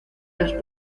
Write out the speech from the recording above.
las